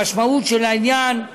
המשמעות של העניין היא